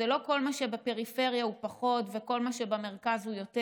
ולא כל מה שבפריפריה הוא פחות וכל מה שבמרכז הוא יותר.